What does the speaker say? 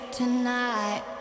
tonight